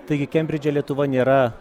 taigi kembridže lietuva nėra